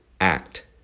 act